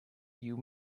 you